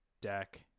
deck